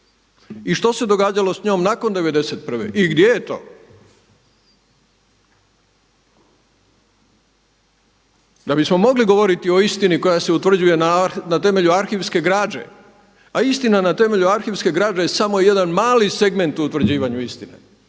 I što se događalo s njom nakon 91. i gdje je to? Da bi smo mogli govoriti o istini koja se utvrđuje na temelju arhivske građe, a istina na temelju arhivske građe je samo jedan mali segment u utvrđivanju istini.